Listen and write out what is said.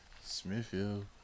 Smithfield